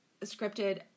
scripted